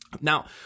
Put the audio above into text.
Now